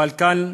אבל כאן,